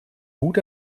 mut